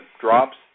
drops